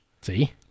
See